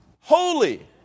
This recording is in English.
holy